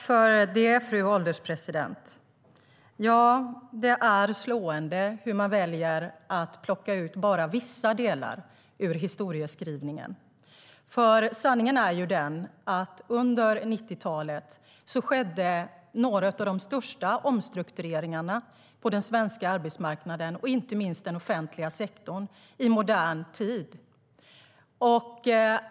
Fru ålderspresident! Det är slående hur man väljer att plocka ut bara vissa delar ur historieskrivningen. Sanningen är ju den att under 90-talet skedde några av de största omstruktureringarna på den svenska arbetsmarknaden, inte minst när det gäller den offentliga sektorn, i modern tid.